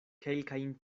kelkajn